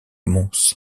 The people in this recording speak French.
mons